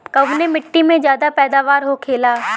कवने मिट्टी में ज्यादा पैदावार होखेला?